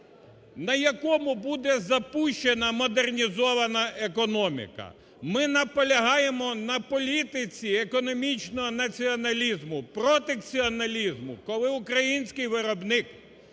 на якому буде запущена модернізована економіка. Ми наполягаємо на політиці економічного націоналізму, протекціоналізму, коли український виробник,